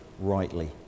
rightly